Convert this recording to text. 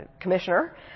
commissioner